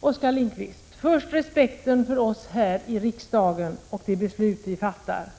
Herr talman! När det först och främst gäller respekten för oss här i riksdagen och de beslut vi fattar,